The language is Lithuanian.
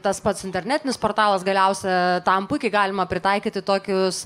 tas pats internetinis portalas galiausia tam puikiai galima pritaikyti tokius